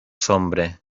hombre